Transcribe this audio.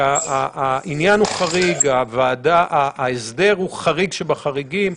העניין הוא חריג, ההסדר הוא חריג שבחריגים.